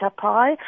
pie